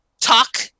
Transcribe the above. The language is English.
talk